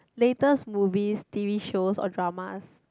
latest movies t_v shows or dramas